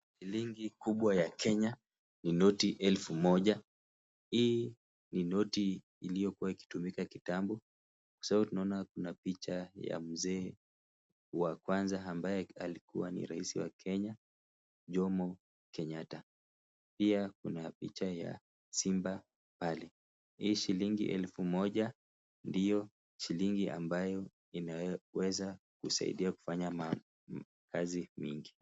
Shilingi kubwa ya Kenya ni noti elfu moja, hii ni noti iliyokuwa ikitumiwa kitambo, Kwa sababu tunaona kuna picha ya mzee wa kwanza ambaye alikuwa raisi wa Kenya , Jomo Kenyatta. Pia Kuna picha ya simba pale, hii shilingi elfu moja, ndio shilingi ambayo inaweza kusaidia kufanya kazi mingi.